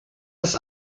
das